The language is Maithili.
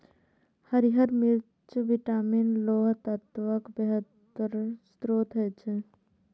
हरियर मिर्च विटामिन, लौह तत्वक बेहतर स्रोत होइ छै